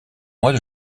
mois